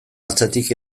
atzetik